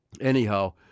Anyhow